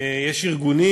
יש ארגונים,